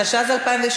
התשע"ז 2016,